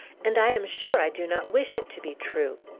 and i am sure i do not wish it to be true!